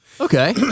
Okay